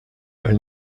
elles